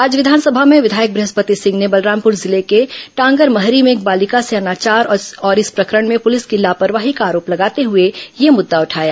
आज विधानसभा में विधायक बृहस्पति सिंह ने बलरामपुर जिले के टांगरमहरी में एक बालिका से अनाचार और इस प्रकरण में पुलिस की लापरवाही का आरोप लगाते हुए यह मुद्दा उठाया